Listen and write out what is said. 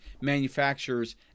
manufacturer's